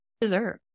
deserve